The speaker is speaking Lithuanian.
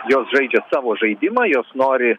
jos žaidžia savo žaidimą jos nori